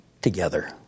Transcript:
together